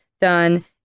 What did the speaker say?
done